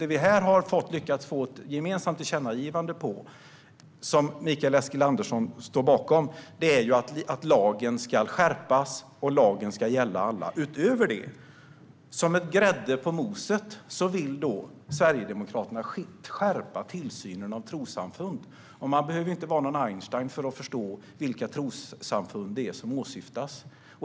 Det som vi här har lyckats få ett gemensamt tillkännagivande om, och som Mikael Eskilandersson står bakom, är att lagen ska skärpas och att lagen ska gälla alla. Utöver det, som grädde på moset, vill Sverigedemokraterna skärpa tillsynen av trossamfund. Man behöver inte vara någon Einstein för att förstå vilka trossamfund det är som åsyftas.